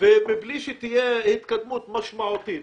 בלי שתהיה התקדמות משמעותית